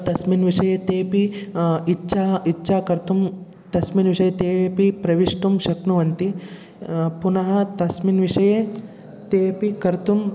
तस्मिन् विषये तेपि इच्छाम् इच्छां कर्तुं तस्मिन् विषये तेपि प्रविष्टुं शक्नुवन्ति पुनः तस्मिन् विषये तेपि कर्तुम्